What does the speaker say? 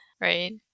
right